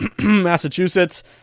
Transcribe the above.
Massachusetts